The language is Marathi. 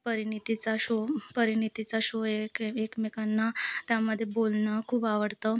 परिनितीचा शो परिनितीचा शो एक एकमेकांना त्यामध्ये बोलणं खूप आवडतं